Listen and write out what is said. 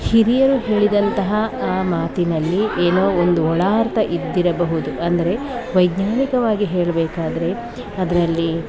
ಹಿರಿಯರು ಹೇಳಿದಂತಹ ಆ ಮಾತಿನಲ್ಲಿ ಏನೋ ಒಂದು ಒಳ ಅರ್ಥ ಇದ್ದಿರಬಹುದು ಅಂದರೆ ವೈಜ್ಞಾನಿಕವಾಗಿ ಹೇಳಬೇಕಾದ್ರೆ ಅದರಲ್ಲಿ